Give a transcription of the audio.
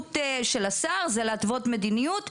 שהסמכות של השר זה להתוות מדיניות,